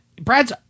Brad's